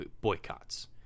boycotts